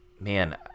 man